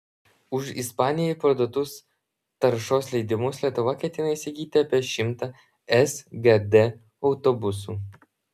už ispanijai parduotus taršos leidimus lietuva ketina įsigyti apie šimtą sgd autobusų